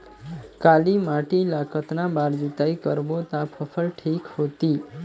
काली माटी ला कतना बार जुताई करबो ता फसल ठीक होती?